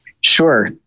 Sure